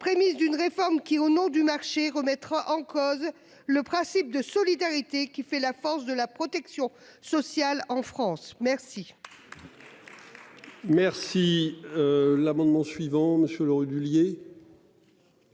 prémices d'une réforme qui au nom du marché. Remettre en cause le principe de solidarité qui fait la force de la protection sociale en France. Merci.